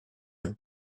are